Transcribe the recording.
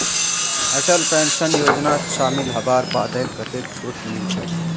Atal pension योजनात शामिल हबार बादे कतेक छूट मिलछेक